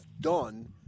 done